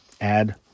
add